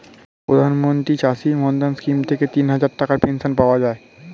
প্রধানমন্ত্রী চাষী মান্ধান স্কিম থেকে তিনহাজার টাকার পেনশন পাওয়া যায়